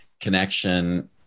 connection